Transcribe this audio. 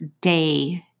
day